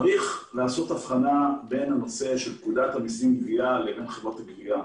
יש להבחין בין הנושא של פקודת המיסים גבייה לבין חברות הגבייה.